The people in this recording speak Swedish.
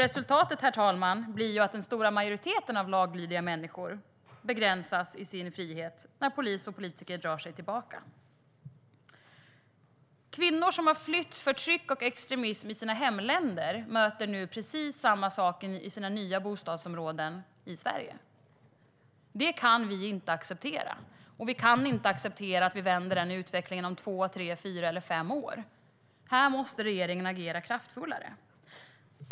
Resultatet, herr talman, blir att den stora majoriteten av laglydiga människor begränsas i sin frihet när polis och politiker drar sig tillbaka. Kvinnor som har flytt förtryck och extremism i sina hemländer möter nu precis samma saker i sina nya bostadsområden i Sverige. Det kan vi inte acceptera. Och vi kan inte acceptera att vi vänder den utvecklingen om två, tre, fyra eller fem år. Här måste regeringen agera kraftfullare.